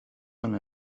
one